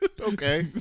Okay